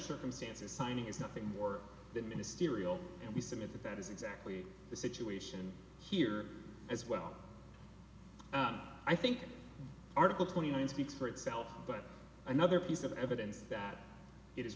circumstances signing is nothing more than ministerial and we submit that that is exactly the situation here as well i think article twenty nine speaks for itself but another piece of evidence that i